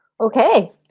Okay